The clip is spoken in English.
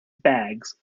bags